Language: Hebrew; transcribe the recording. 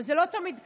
אבל זה לא תמיד כך.